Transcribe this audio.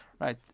right